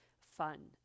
fun